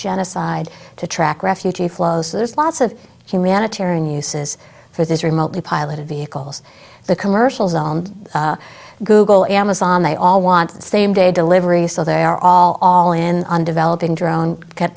genocide to track refugee flows there's lots of humanitarian uses for this remotely piloted vehicles the commercials on google amazon they all want the same day delivery so they are all all in on developing drone